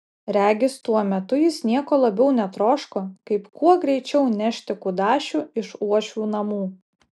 regis tuo metu jis nieko labiau netroško kaip kuo greičiau nešti kudašių iš uošvių namų